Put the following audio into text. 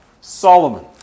Solomon